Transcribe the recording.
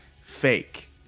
fake